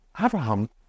Abraham